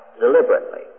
deliberately